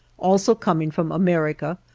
also coming from america,